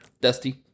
Dusty